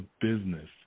business